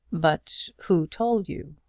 but who told you?